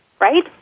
right